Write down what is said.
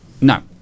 No